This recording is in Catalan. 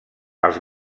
els